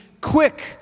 quick